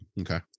Okay